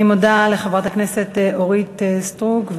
אני מודה לחברת הכנסת אורית סטרוק.